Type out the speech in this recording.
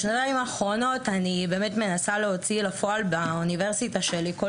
בשנתיים האחרונות אני מנסה להוציא אל הפועל באוניברסיטה שלי כל